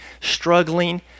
struggling